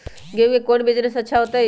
गेंहू के कौन बिजनेस अच्छा होतई?